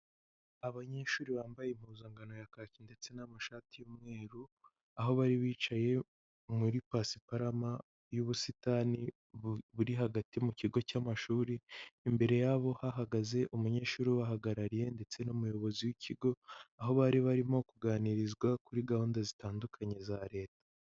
Abanyeshuri bambaye impuzankano ya kaki ndetse n'amashati y'umweru, aho bari bicaye muri pasiparama y'ubusitani buri hagati mu kigo cy'amashuri, imbere yabo hahagaze umunyeshuri ubahagarariye, ndetse n'umuyobozi w'ikigo, aho bari barimo kuganirizwa kuri gahunda zitandukanye za Leta.